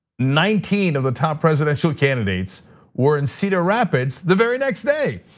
nineteen of the top presidential candidates were in cedar rapids the very next day.